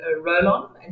roll-on